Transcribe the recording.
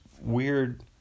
weird